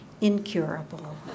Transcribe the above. incurable